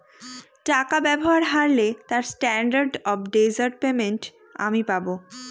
টাকা ব্যবহার হারলে তার স্ট্যান্ডার্ড অফ ডেজার্ট পেমেন্ট আমি পাব